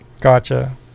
Gotcha